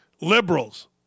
liberals